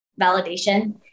validation